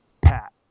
Pat